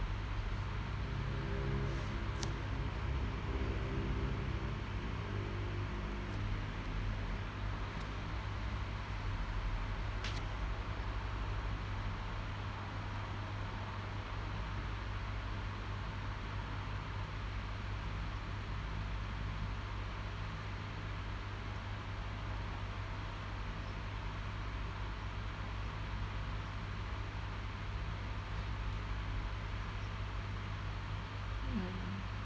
mm